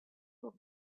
were